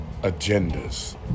agendas